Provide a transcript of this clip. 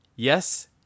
Yes